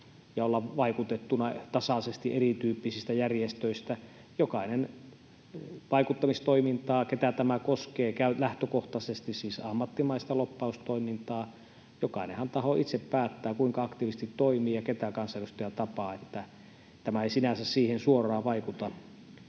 ja olla vaikutettuna tasaisesti erityyppisistä järjestöistä. Tämähän koskee siis lähtökohtaisesti ammattimaista lobbaustoimintaa, ja jokainen tahohan itse päättää, kuinka aktiivisesti toimii ja ketä kansanedustajaa tapaa, että tämä ei sinänsä siihen suoraan vaikuta.